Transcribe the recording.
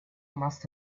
must